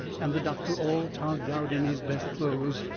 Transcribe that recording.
and the doctor all togged out in his best clothes,